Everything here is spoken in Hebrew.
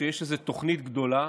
שיש איזו תוכנית גדולה